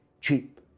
cheap